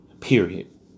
Period